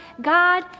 God